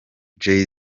jay